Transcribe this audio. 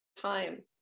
time